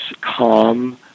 calm